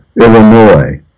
Illinois